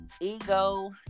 ego